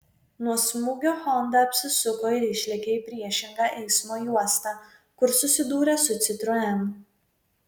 nuo smūgio honda apsisuko ir išlėkė į priešingą eismo juostą kur susidūrė su citroen